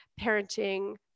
parenting